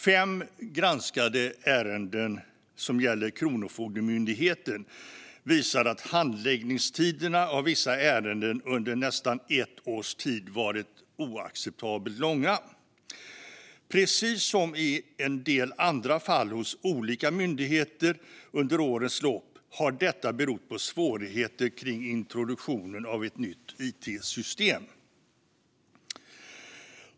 Fem granskade ärenden som gäller Kronofogdemyndigheten visar att handläggningstiderna av vissa ärenden under nästan ett års tid varit oacceptabelt långa. Precis som i en del andra fall hos olika myndigheter under årens lopp har detta berott på svårigheter kring introduktionen av ett nytt it-system.